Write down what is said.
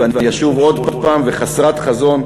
ואני אשוב עוד הפעם: וחסרת חזון,